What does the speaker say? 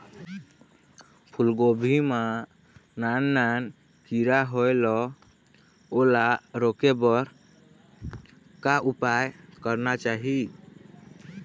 फूलगोभी मां नान नान किरा होयेल ओला रोके बर का उपाय करना चाही?